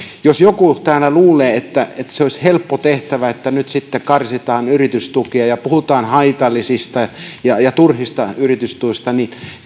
jos joku täällä luulee että olisi helppo tehtävä että nyt sitten karsitaan yritystukia puhutaan haitallisista ja ja turhista yritystuista niin